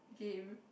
game